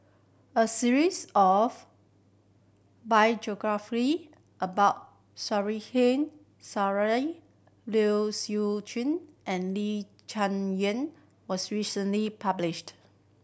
a series of geography about Liu Siu Chiu and Lee Cheng Yan was recently published